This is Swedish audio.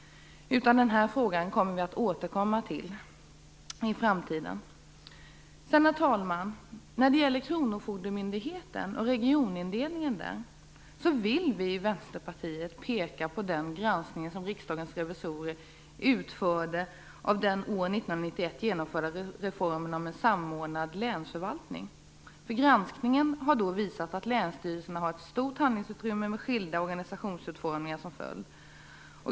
Den här frågan kommer vi att återkomma till i framtiden. Herr talman! När det gäller kronofogdemyndigheten och regionindelningen vill vi i Vänsterpartiet peka på den granskning som riksdagens revisorer utförde av den år 1991 genomförda reformen om en samordnad länsförvaltning. Granskningen har visat att länsstyrelserna har ett handlingsutrymme med skilda organisationsutformningar som följd.